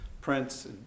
prints